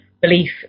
belief